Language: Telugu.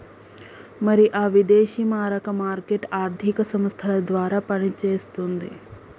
మరి ఆ విదేశీ మారక మార్కెట్ ఆర్థిక సంస్థల ద్వారా పనిచేస్తుంది